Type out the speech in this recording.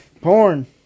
Porn